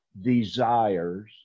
desires